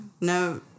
No